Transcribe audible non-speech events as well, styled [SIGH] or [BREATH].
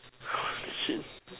[BREATH] shit